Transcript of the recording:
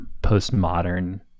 postmodern